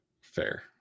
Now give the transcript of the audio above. Fair